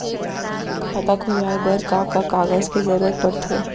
खाता खोलवाये बर का का कागज के जरूरत पड़थे?